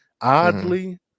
Oddly